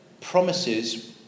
promises